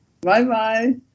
Bye-bye